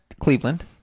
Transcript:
Cleveland